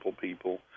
people